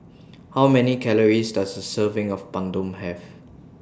How Many Calories Does A Serving of Papadum Have